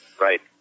right